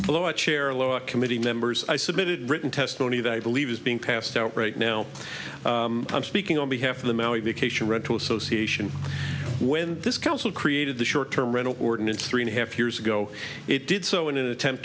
below a chair aloa committee members i submitted written testimony that i believe is being passed out right now i'm speaking on behalf of the maui vacation rental association when this council created the short term rental ordinance three and a half years ago it did so in an attemp